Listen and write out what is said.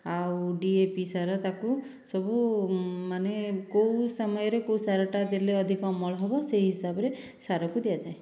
ଆଉ D A P ସାର ତାକୁ ସବୁ ମାନେ କେଉଁ ସମୟରେ କେଉଁ ସାରଟା ଦେଲେ ଅଧିକ ଅମଳ ହେବ ସେହି ହିସାବରେ ସାରକୁ ଦିଆଯାଏ